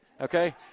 okay